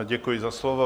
Děkuji za slovo.